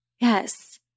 Yes